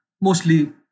mostly